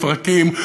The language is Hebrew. מוגבלים לפרקים,